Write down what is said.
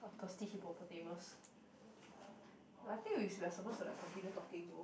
thirsty hippopotamus I think we should are supposed to like continue talking though